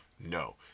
no